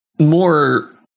more